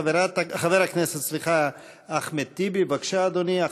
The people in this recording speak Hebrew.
חבר הכנסת אחמד טיבי, בבקשה, אדוני.